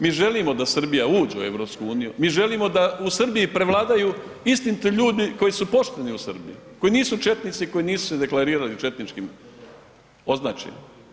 Mi želimo da Srbija uđe u EU, mi želimo da u Srbiji prevladaju istiniti ljudi koji su pošteni u Srbiji, koji nisu četnici, koji nisu deklarirani četničkim označjem.